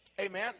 Amen